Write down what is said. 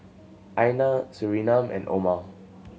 Aina Surinam and Omar